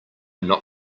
not